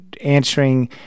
answering